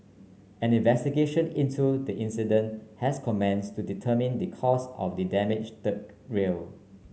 an investigation into the incident has commenced to determine the cause of the damaged rail